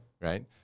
Right